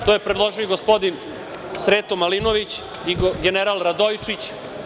To je predložio i gospodin Sreto Malinović, general Radojičić.